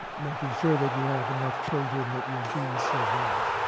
making sure that you have enough children that your genes survive.